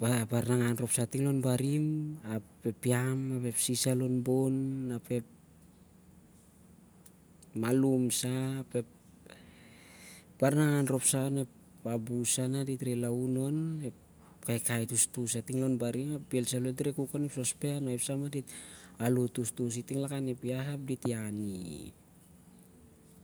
baran mangan rhop sa ting lon- barim. ap ep piam, ap ep sis ap ep malum sah ap ep baran nangan rop sah larep abus sah nah dil laun onep kaikai tostos sah ting lon barim ap bhel dit reh tutun onep sospen mah dit alot tostosi lakan ep iah ap dit iani